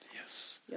Yes